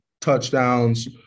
touchdowns